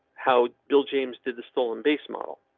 how bill james did the stolen base model?